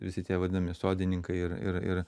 visi tie vadinami sodininkai ir ir ir